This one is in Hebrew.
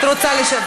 לא.